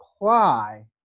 apply